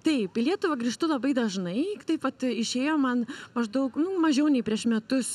taip į lietuvą grįžtu labai dažnai tai vat išėjo man maždaug nu mažiau nei prieš metus